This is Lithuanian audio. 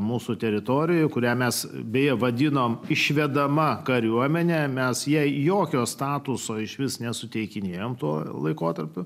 mūsų teritorijoje kurią mes beje vadinome išvedama kariuomene mes jai jokio statuso išvis nesuteikinėja tuo laikotarpiu